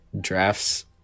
drafts